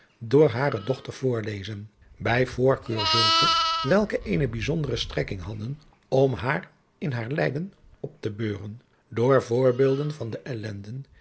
door hare dochter voorlezen bij voorkeur zulke welke eene bijzondere strekking hadden om haar in haar lijden op te beuren door voorbeelden van de ellenden